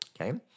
Okay